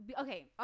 Okay